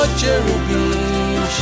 cherubim